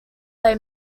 they